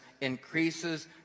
increases